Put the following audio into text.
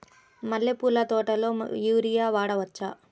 మల్లె పూల తోటలో యూరియా వాడవచ్చా?